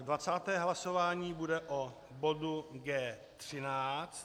Dvacáté hlasování bude o bodu G13.